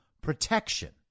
protection